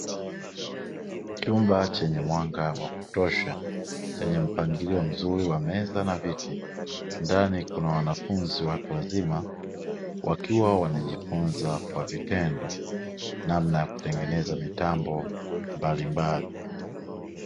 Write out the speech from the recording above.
Chumba chenye mwanga wa kutosha, chenye mpangilio mzuri wa meza na viti ndani kuna wanafunzi watu wazima, wakiwa wanajifunza kwa vitendo namna ya kutengeneza mitambo mbalimbali.